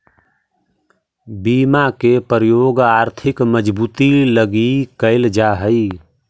बीमा के प्रयोग आर्थिक मजबूती लगी कैल जा हई